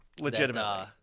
legitimately